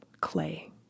clay